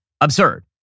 absurd